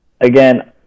Again